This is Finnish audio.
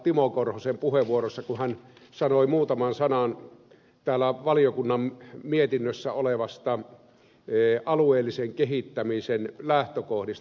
timo korhosen puheenvuorossa kun hän sanoi muutaman sanan täällä valiokunnan mietinnössä olevista alueellisen kehittämisen lähtökohdista